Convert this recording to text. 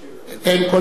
אין כל ספק